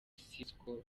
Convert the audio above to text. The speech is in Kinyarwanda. sisqo